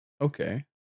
Okay